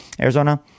Arizona